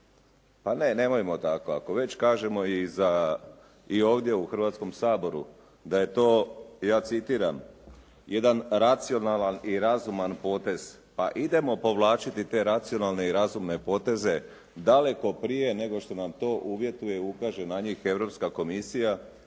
Pa ne nemojmo tako, ako već kažemo i za i ovdje u Hrvatskom saboru, da je to ja citiram: "Jedan racionalan i razuman potez". Pa idemo povlačiti te racionalne i razumne poteze, daleko prije nego to uvjetuje i ukaže na njih Europska komisija,